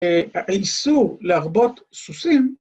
‫האיסור להרבות סוסים,